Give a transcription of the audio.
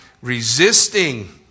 resisting